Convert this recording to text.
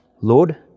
Lord